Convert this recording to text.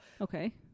Okay